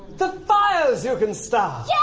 the fires you can start! yeah